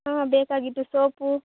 ಹ್ಞೂ ಬೇಕಾಗಿತ್ತು ಸೋಪ್